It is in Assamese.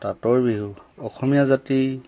তাঁতৰ বিহু অসমীয়া জাতিৰ